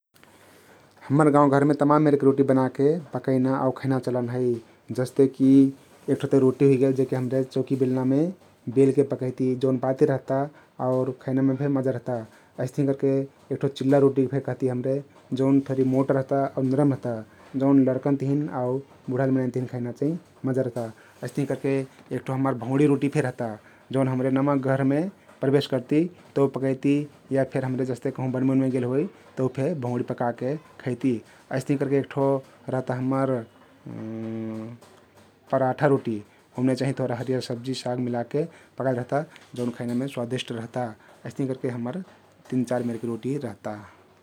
हम्मर गाउँ घरमे तमान मेरके रोटी बनाके पकैना आउ खैना चलन हइ जस्ते कि एक ठो ते रोती हुइगेल जेहके हम्रे चौकी बिल्नामे बेलके पकैती जउन पातिर रहता आउर खैनामे फे मजा रहता । अइस्तहीं करके एक ठो चिल्ला रोटी फे कहती हम्रे जउन थोरी मोट रहता आउ नरम रहता जउन लर्कन तहिन आउ बुढाइल मनैन तहिन खैना चाहिम मजा रहता । अइस्तहिं करके एक ठो हम्मर भउँडी रोटी फे रहता हउन हम्रे नमा घरमे प्रबेश करती तउ पकैती या फेर हम्रे जस्ते कहुँ बनमे उनमे गेलहोइ तउ फे भउँडी पकाके खैती । अइस्तहिं करके एक ठो रहता हम्मर पराठा रोटी ओमने चाहिं थोरी हरियर सब्जी साग मिलाके पकाइल रहता जउन खैनामे स्वादिष्ट रहता । अइस्तहिं करके हम्मर तिन चार मेरके रोटी रहता ।